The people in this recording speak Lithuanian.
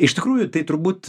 iš tikrųjų tai turbūt